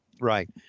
Right